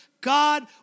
God